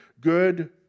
good